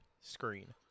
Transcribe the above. screen